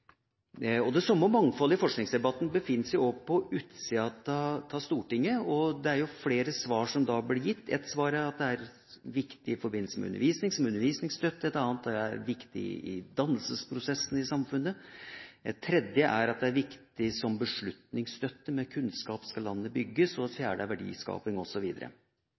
Det samme mangfoldet i forskningsdebatten befinner seg også på utsida av Stortinget, og det er flere svar som blir gitt. Ett svar er at det er viktig som undervisningsstøtte, et annet at det er viktig for dannelsesprosessen i samfunnet, et tredje at det er viktig som beslutningsstøtte – med kunnskap skal landet bygges – og et fjerde at det er viktig for verdiskaping,